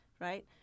right